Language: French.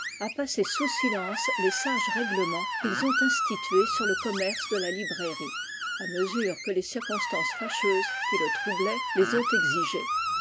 à passer sous silence les sages règlements qu'ils ont institués sur le commerce de la librairie à mesure que les circonstances fâcheuses qui le troublaient les ont exigés